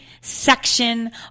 section